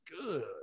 good